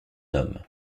homme